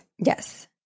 Yes